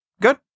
Good